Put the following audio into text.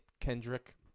Kendrick